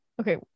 okay